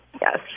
Yes